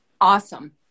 awesome